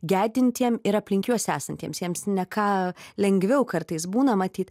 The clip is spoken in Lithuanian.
gedintiem ir aplink juos esantiems jiems ne ką lengviau kartais būna matyt